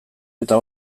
eta